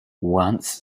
once